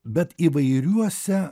bet įvairiuose